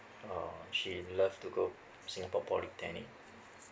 oh she love to go singapore polytechnic